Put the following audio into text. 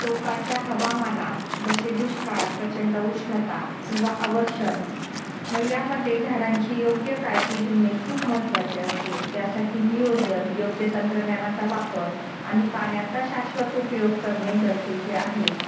टोकाच्या हवामानात जसे दुष्काळ प्रचंड उष्णता किंवा अवर्षण मग यामध्ये झाडांची योग्य काळजी घेणे खूप महत्त्वाचे असते यासाठी नियोजन योग्य तंत्रज्ञानाचा वापर आणि पाण्याचा शाश्वत उपयोग करणे गरजेचे आहे